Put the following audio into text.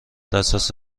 اساس